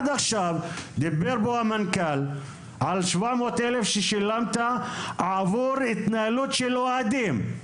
דיבר פה המנכ"ל על ששילם 700,000 על התנהלות של אוהדים.